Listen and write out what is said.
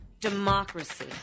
democracy